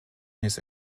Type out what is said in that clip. his